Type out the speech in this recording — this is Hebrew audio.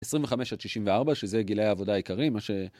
25 עד 64, שזה גילי העבודה העיקרי, מה ש...